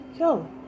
yo